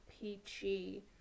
peachy